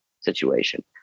situation